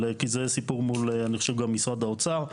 כי זה סיפור מול אני חושב גם משרד האוצר,